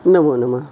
नमो नमः